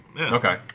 okay